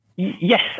Yes